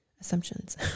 Assumptions